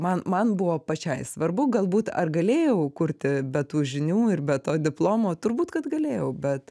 man man buvo pačiai svarbu galbūt ar galėjau kurti be tų žinių ir be to diplomo turbūt kad galėjau bet